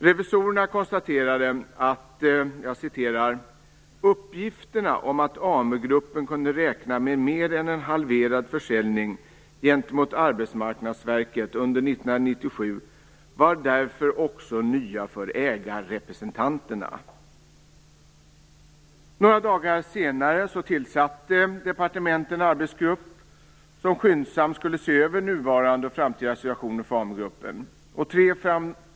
Revisorerna konstaterade: "Uppgifterna om att AmuGruppen kunde räkna med mer än en halverad försäljning gentemot Arbetsmarknadsverket under 1997 var därför också nya för ägarrepresentanterna." Några dagar senare tillsatte departementet en arbetsgrupp som skyndsamt skulle se över nuvarande och framtida situation för AmuGruppen.